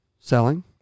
selling